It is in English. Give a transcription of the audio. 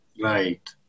Right